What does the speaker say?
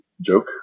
joke